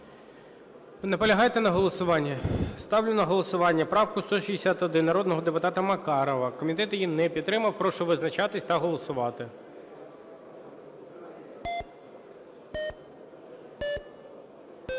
Ви наполягаєте на голосуванні? Ставлю на голосування правку 161 народного депутата Макарова. Комітет її не підтримав. Прошу визначатися та голосувати.